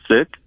sick